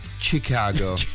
Chicago